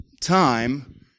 time